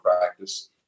practice